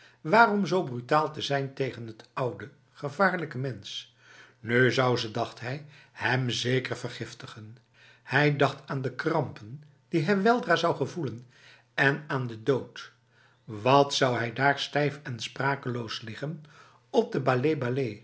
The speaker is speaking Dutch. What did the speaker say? waarom zo brutaal te zijn tegen het oude gevaarlijke mens nu zou ze dacht hij hem zeker vergiftigen hij dacht aan de krampen die hij weldra zou gevoelen en aan de dood wat zou hij daar stijf en sprakeloos liggen op de